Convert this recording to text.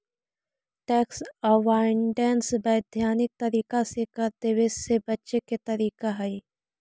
tax avoidance वैधानिक तरीका से कर देवे से बचे के तरीका हई